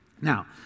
now